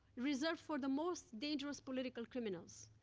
reserved for the most dangerous political criminals.